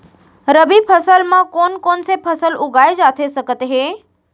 रबि फसल म कोन कोन से फसल उगाए जाथे सकत हे?